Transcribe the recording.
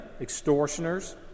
extortioners